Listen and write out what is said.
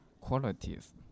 qualities